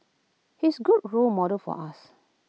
he's A good role model for us